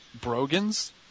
Brogans